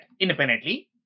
independently